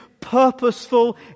purposeful